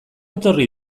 etorri